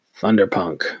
Thunderpunk